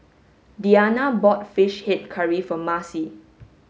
Deanna bought fish head curry for Marcie